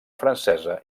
francesa